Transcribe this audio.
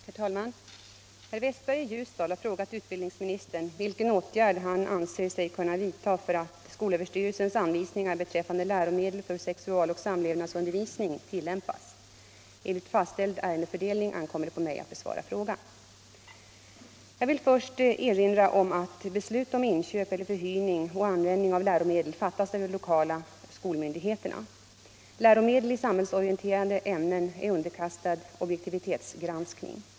Herr talman! Herr Westberg i Ljusdal har frågat utbildningsministern vilken åtgärd han anser sig kunna vidta för att skolöverstyrelsens anvisningar beträffande läromedel för sexualoch samlevnadsundervisning tillämpas. Enligt fastställd ärendefördelning ankommer det på mig att besvara frågan. Jag vill först erinra om att beslut om inköp eller förhyrning och användning av läromedel fattas av de lokala skolmyndigheterna. Läromedel i samhällsorienterande ämnen är underkastad objektivitetsgranskning.